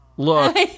look